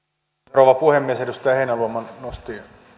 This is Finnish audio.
rouva puhemies edustaja heinäluoma nosti